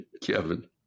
Kevin